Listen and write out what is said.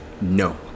No